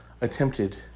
attempted